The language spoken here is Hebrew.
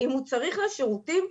אם הוא צריך לשירותים,